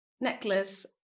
necklace